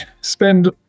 spend